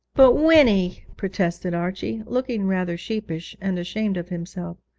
but, winnie protested archie, looking rather sheepish and ashamed of himself.